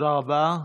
תודה רבה.